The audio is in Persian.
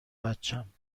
بچم